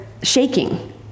Shaking